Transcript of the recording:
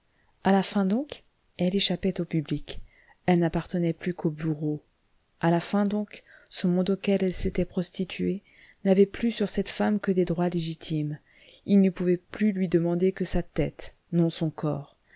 à la fin donc elle échappait au public elle n'appartenait plus qu'au bourreau à la fin donc ce monde auquel elle s'était prostituée n'avait plus sur cette femme que des droits légitimes il ne pouvait plus lui demander que sa tête non son corps